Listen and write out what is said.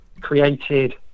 created